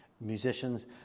musicians